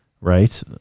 right